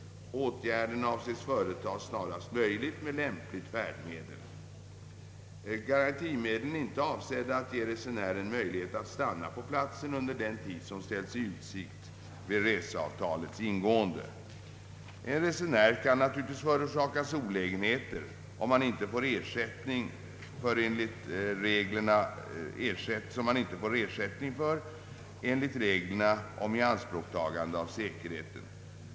Återfärden avses företas snarast möjligt med lämpligt färdmedel. Garantimedlen är inte avsedda att ge resenärerna möjlighet att stanna på platsen under den tid som ställts i utsikt vid reseavtalets ingående. En resenär kan naturligtvis förorsakas olägenheter som han inte får ersättning för enligt reglerna om ianspråktagande av säkerheten.